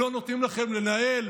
שלא נותנים לכם לנהל,